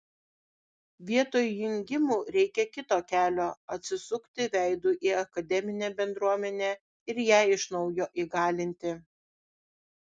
vietoj jungimų reikia kito kelio atsisukti veidu į akademinę bendruomenę ir ją iš naujo įgalinti